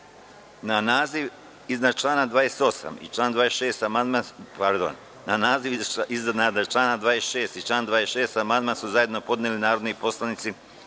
naziv iznad člana 26. i član 26. amandman su zajedno podneli narodni poslanici